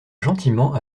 gentiment